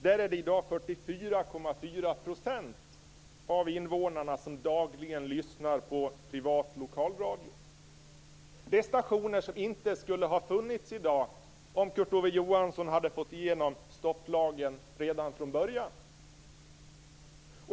Där lyssnar i dag 44,4 % av invånarna på privat lokalradio. Det är stationer som inte skulle ha funnits i dag om Kurt Ove Johansson fått igenom stopplagen redan från början.